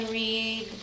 read